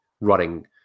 running